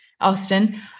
Austin